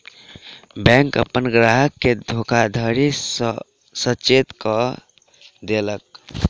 bank अपन ग्राहक के धोखाधड़ी सॅ सचेत कअ देलक